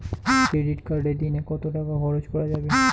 Credit কার্ডে দিনে কত টাকা খরচ করা যাবে?